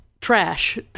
trash